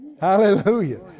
Hallelujah